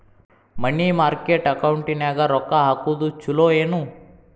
ಮನಿ market ಅಕೌಂಟಿನ್ಯಾಗ ರೊಕ್ಕ ಹಾಕುದು ಚುಲೊ ಏನು